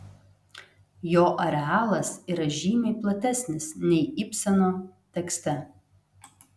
jo arealas yra žymiai platesnis nei ibseno tekste